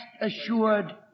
assured